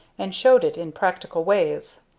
and showed it in practical ways.